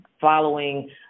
following